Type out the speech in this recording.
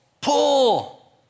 pull